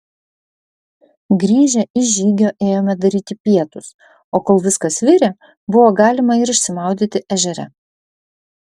grįžę iš žygio ėjome daryti pietus o kol viskas virė buvo galima ir išsimaudyti ežere